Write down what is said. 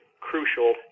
crucial